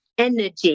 energy